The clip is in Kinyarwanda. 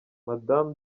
madamu